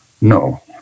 No